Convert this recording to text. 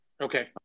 okay